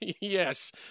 Yes